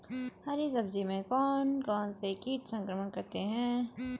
हरी सब्जी में कौन कौन से कीट संक्रमण करते हैं?